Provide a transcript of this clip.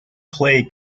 clay